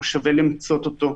שווה למצות אותו,